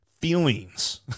feelings